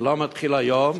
זה לא מתחיל היום,